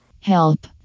Help